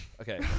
Okay